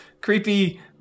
creepy